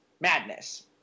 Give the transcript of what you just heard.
Madness